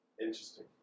Interesting